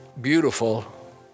Beautiful